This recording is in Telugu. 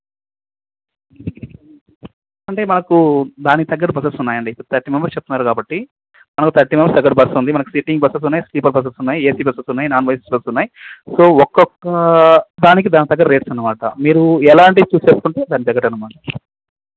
అంటే మాకు దానికి తగ్గట్టు బస్సెస్ ఉన్నాయండి అంటే థర్టీ మెంబర్స్ చెప్తున్నారు కాబట్టి మనకు థర్టీ మెంబర్స్ తగ్గట్టు బస్ ఉంది సిట్టింగ్ బస్సెస్ ఉన్నాయి స్లీపింగ్ బస్సెస్ ఉన్నాయ్ ఏసి బస్సెస్ ఉన్నాయి నాన్ ఏసి బస్సెస్ ఉన్నాయి సో ఒక్కొక్క దానికి తగ్గట్టు రేట్స్ అన్నమాట మీరు ఎలాంటి